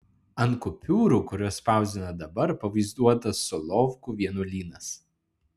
ant kupiūrų kurias spausdina dabar pavaizduotas solovkų vienuolynas